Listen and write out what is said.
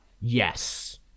yes